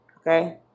Okay